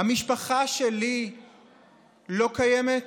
המשפחה שלי לא קיימת?